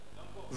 גם פה.